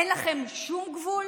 אין לכם שום גבול?